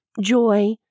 joy